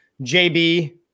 JB